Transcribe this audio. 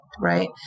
right